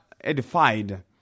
edified